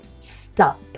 stop